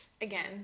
again